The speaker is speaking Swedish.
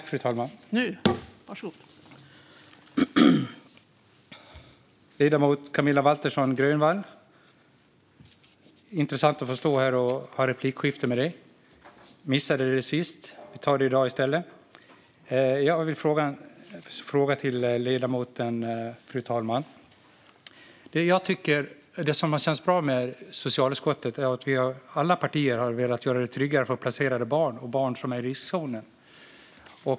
Fru talman! Det är intressant att få stå här och ha ett replikskifte med ledamoten Camilla Waltersson Grönvall. Jag missade det sist, så jag tar det i dag i stället. Jag har en fråga till ledamoten, fru talman. Det jag tycker har känts bra i socialutskottet är att alla partier har velat göra det tryggare för placerade barn och barn som är i riskzonen.